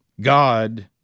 God